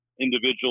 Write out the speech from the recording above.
individual